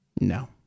No